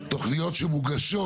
שתוכניות שמוגשות